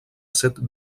set